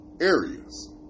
areas